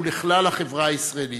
ולכלל החברה הישראלית.